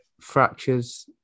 fractures